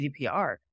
GDPR